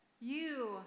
You